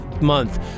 month